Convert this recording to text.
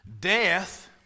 Death